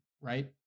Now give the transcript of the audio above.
right